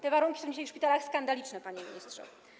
Te warunki są dzisiaj w szpitalach skandaliczne, panie ministrze.